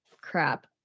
crap